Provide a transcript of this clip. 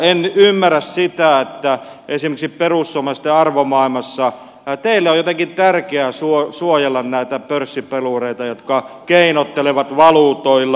en ymmärrä sitä että esimerkiksi perussuomalaisten arvomaailmassa teille on jotenkin tärkeää suojella näitä pörssipelureita jotka keinottelevat valuutoilla